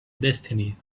destiny